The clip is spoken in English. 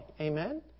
Amen